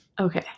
Okay